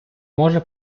може